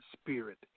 spirit